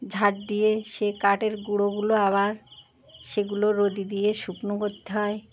ঝাড় দিয়ে সে কাঠের গুঁড়োগুলো আবার সেগুলো রোদি দিয়ে শুকনো করতে হয়